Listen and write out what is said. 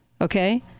okay